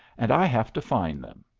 and i have to fine them,